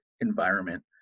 environment